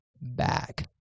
back